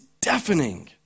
deafening